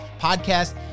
podcast